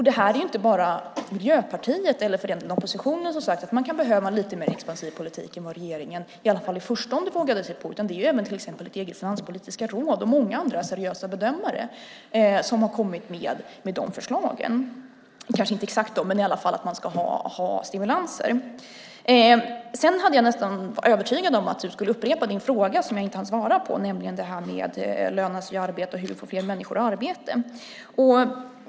Det är inte bara Miljöpartiet eller för den delen oppositionen som har sagt att man kan behöva en lite mer expansiv politik än vad regeringen i alla fall i förstone vågade sig på, utan det är även till exempel ert eget finanspolitiska råd och många andra seriösa bedömare som har kommit med dessa förslag - kanske inte exakt dessa förslag men i alla fall att man ska ha stimulanser. Jag var nästan övertygad om att Fredrik Schulte skulle upprepa sin fråga som jag inte hann svara på och som handlade om att det ska löna sig att arbeta och hur vi får fler människor att arbeta.